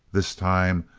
this time,